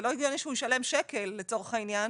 זה לא הגיוני שהוא ישלם שקל לצורך העניין